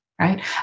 right